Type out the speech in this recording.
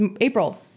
april